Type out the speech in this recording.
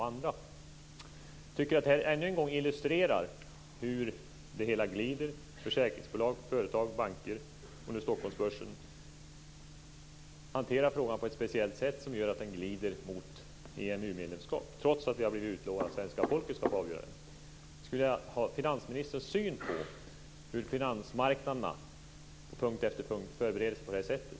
Jag tycker att detta är ännu en illustration till hur det hela glider. Försäkringsbolag, företag, banker och nu Stockholmsbörsen hanterar frågan på ett speciellt sätt, som gör att vi glider mot EMU-medlemskap, trots att vi har blivit utlovade att svenska folket skall få avgöra. Jag skulle vilja ha finansministerns syn på att finansmarknaderna på punkt efter punkt förbereder sig på detta sätt.